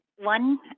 one